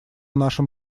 нашем